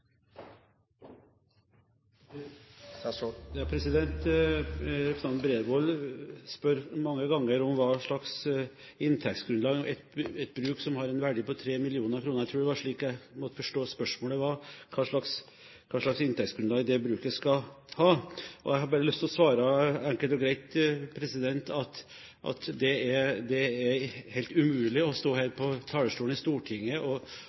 Representanten Bredvold spør mange ganger om hva slags inntektsgrunnlag et bruk som har en verdi på 3 mill. kr – jeg tror det var slik jeg måtte forstå spørsmålet – skal ha. Jeg har lyst til å svare enkelt og greit at det er helt umulig å stå her på talerstolen i Stortinget og